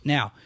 Now